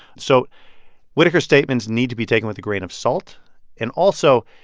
so whitaker's statements need to be taken with a grain of salt and also,